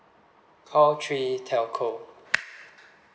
call three telco